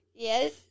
Yes